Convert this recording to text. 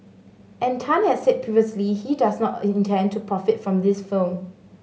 and Tan has said previously he does not intend to profit from this film